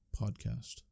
podcast